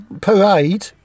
parade